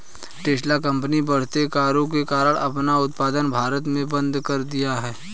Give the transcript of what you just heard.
Tesla company बढ़ते करों के कारण अपना उत्पादन भारत में बंद कर दिया हैं